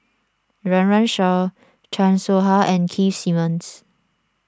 Run Run Shaw Chan Soh Ha and Keith Simmons